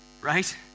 right